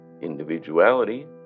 Individuality